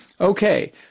Okay